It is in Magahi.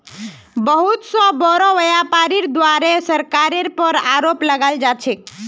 बहुत स बोरो व्यापीरीर द्वारे सरकारेर पर आरोप लगाल जा छेक